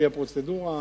לפי הפרוצדורה,